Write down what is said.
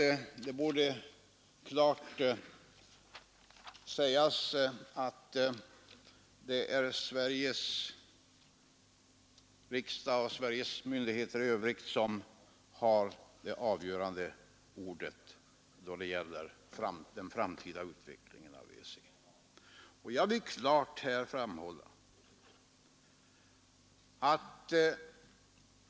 Det bör klart sägas ut att det är Sveriges riksdag och Sveriges myndigheter i övrigt som har det avgörande ordet då det gäller den framtida utvecklingen av våra förbindelser med EEC.